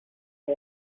the